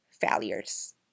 failures